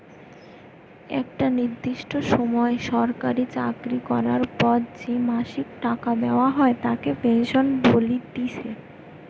একটা নির্দিষ্ট সময় সরকারি চাকরি করার পর যে মাসিক টাকা দেওয়া হয় তাকে পেনশন বলতিছে